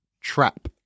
trap